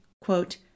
quote